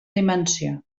dimensió